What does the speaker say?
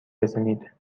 بزنید